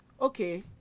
Okay